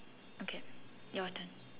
okay your turn